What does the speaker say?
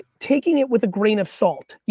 taking it with a grain of salt. yeah